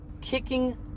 kicking